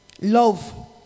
Love